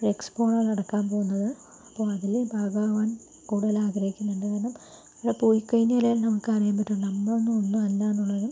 ഒരു എക്സ്പോ ആണ് നടക്കാൻ പോകുന്നത് അപ്പോൾ അതിൽ ഭാഗമാകാൻ കൂടുതലാഗ്രഹിക്കുന്നുണ്ട് കാരണം അവിടെ പോയി കഴിഞ്ഞാലേ നമുക്കറിയാൻ പറ്റുകയുള്ളൂ നമ്മളൊന്നും ഒന്നും അല്ലയെന്നുള്ളത്